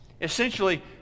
Essentially